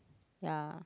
ya